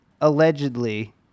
Allegedly